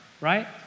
right